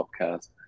podcast